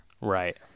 Right